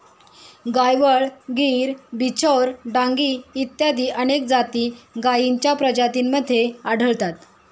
गायवळ, गीर, बिचौर, डांगी इत्यादी अनेक जाती गायींच्या प्रजातींमध्ये आढळतात